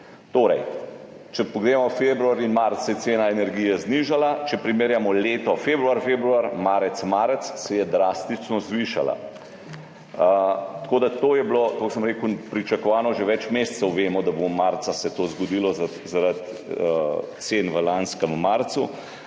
Torej, če pogledamo februar in marec, se je cena energije znižala, če primerjamo leto februar–februar, marec–marec, se je drastično zvišala. To je bilo, kot sem rekel, pričakovano že več mesecev, vemo, da se bo marca to zgodilo zaradi cen v lanskem marcu.